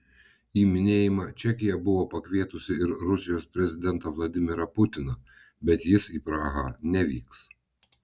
į minėjimą čekija buvo pakvietusi ir rusijos prezidentą vladimirą putiną bet jis į prahą nevyks